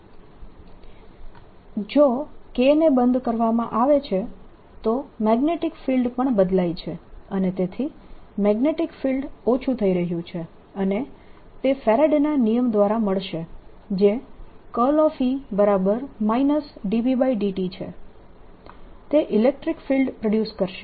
K≅K0e t જો K ને બંધ કરવામાં આવે છે તો મેગ્નેટીક ફિલ્ડ પણ બદલાય છે અને તેથી મેગ્નેટીક ફિલ્ડ ઓછું થઈ રહ્યું છે અને તે ફેરાડેના નિયમ દ્વારા મળશે જે E Bt છે તે ઇલેક્ટ્રીક ફિલ્ડ પ્રોડ્યુસ કરશે